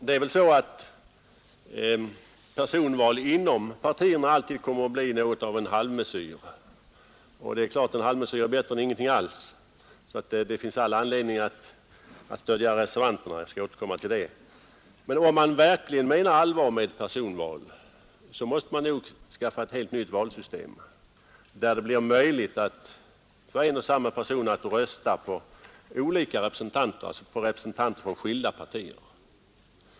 Herr talman! Personval inom partierna kommer väl alltid att bli något av en halvmesyr. Det är klart att en halvmesyr är bättre än ingenting alls, så det finns all anledning att stödja reservanterna. Jag skall återkomma till det. Men om man verkligen menar allvar med talet om personval, så måste man nog arbeta för att få ett helt nytt valsystem, där det blir möjligt för en och samma person att rösta på representanter för skilda partier.